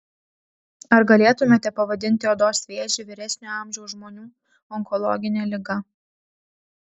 ar galėtumėte pavadinti odos vėžį vyresnio amžiaus žmonių onkologine liga